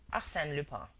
arsene lupin.